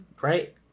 Right